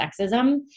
sexism